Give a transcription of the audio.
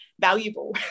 valuable